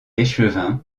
échevin